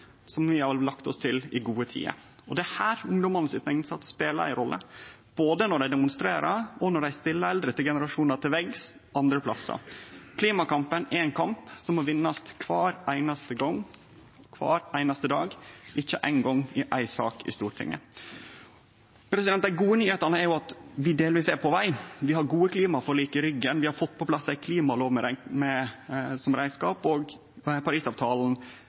som vi har lagt oss til i gode tider. Og det er her ungdommane sin innsats speler ei rolle, både når dei demonstrerer, og når dei stiller eldre generasjonar til veggs andre stader. Klimakampen er ein kamp som må vinnast kvar einaste gong, kvar einaste dag, ikkje éin gong i éi sak i Stortinget. Dei gode nyheitene er at vi delvis er på veg. Vi har gode klimaforlik i ryggen, vi har fått på plass ei klimalov som reiskap, og Parisavtalen